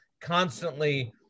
constantly